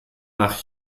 nach